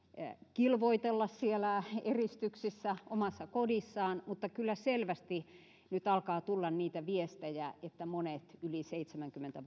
kilvoitella siellä eristyksissä omassa kodissaan mutta kyllä selvästi nyt alkaa tulla niitä viestejä että monet yli seitsemänkymmentä